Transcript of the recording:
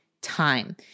time